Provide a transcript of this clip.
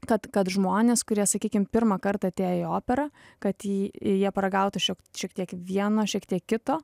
kad kad žmonės kurie sakykim pirmą kartą atėję į operą kad jie jie paragautų šio šiek tiek vieno šiek tiek kito